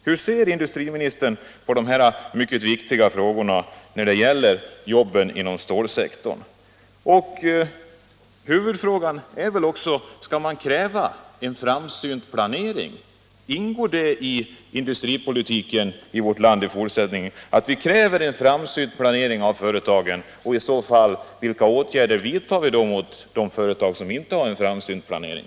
Hur ser industriministern på de här mycket viktiga frågorna när det gäller jobben inom stålsektorn? En huvudfråga är väl också: Skall man kräva en framsynt planering? Ingår det i industripolitiken i vårt land i fortsättningen att kräva en fram 37 Om åtgärder för att säkra sysselsättningen inom synt planering av företagen, och vilka åtgärder vidtar man i så fall mot de företag som inte har en framsynt planering?